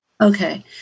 Okay